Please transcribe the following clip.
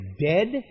dead